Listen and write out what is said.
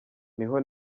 niho